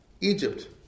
Egypt